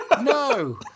No